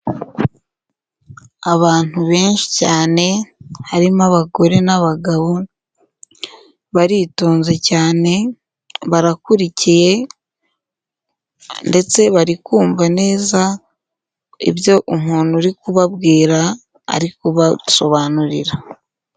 Abantu benshi cyane harimo abagore n'abagabo, baritonze cyane barakurikiye ndetse barikumva neza ibyo umuntu uri kubabwira ari kubabasobanurira.